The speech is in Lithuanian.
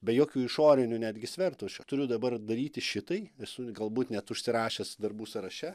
be jokių išorinių netgi svertų aš juk turiu dabar daryti šitai esu galbūt net užsirašęs darbų sąraše